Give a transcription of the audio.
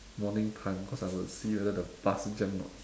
morning time cause I will see whether the bus jam or not